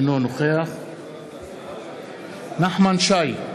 אינו נוכח נחמן שי,